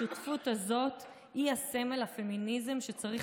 השותפות הזאת היא הסמל לפמיניזם שצריך